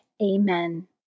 Amen